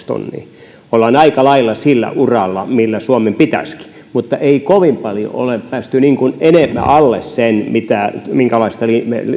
tonniin olemme aika lailla sillä uralla millä suomen pitäisikin olla mutta ei kovin paljon ole päästy alle sen minkälaista